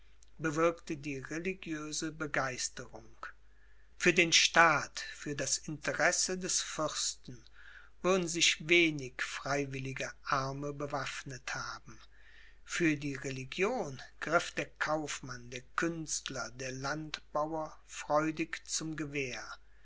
bewirkte die religiöse begeisterung für den staat für das interesse des fürsten würden sich wenig freiwillige arme bewaffnet haben für die religion griff der kaufmann der künstler der landbauer freudig zum gewehr